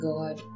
God